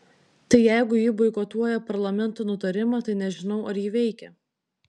tai jeigu ji boikotuoja parlamento nutarimą tai nežinau ar ji veikia